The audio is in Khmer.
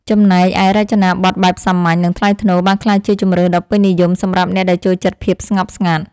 ចំណែកឯរចនាប័ទ្មបែបសាមញ្ញ និងថ្លៃថ្នូរបានក្លាយជាជម្រើសដ៏ពេញនិយមសម្រាប់អ្នកដែលចូលចិត្តភាពស្ងប់ស្ងាត់។